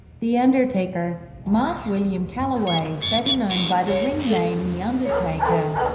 the undertaker mark william calaway, better known by the ring name the undertaker,